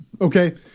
okay